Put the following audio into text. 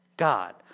God